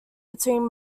between